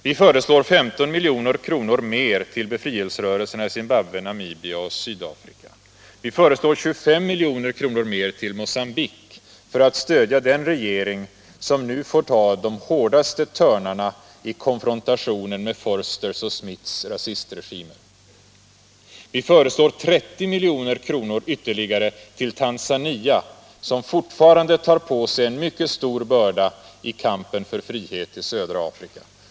Vi föreslår 15 milj.kr. mer till befrielserörelserna i Zimbabwe, Namibia och Sydafrika. Vi föreslår 25 milj.kr. mer till Mogambique för att stödja den regering som nu får ta de hårdaste törnarna i konfrontationen med Vorsters och Smiths rasistregimer. Vi föreslår 30 milj.kr. ytterligare till Tanzania, som fortfarande tar på sig en mycket stor börda i kampen för frihet i södra Afrika.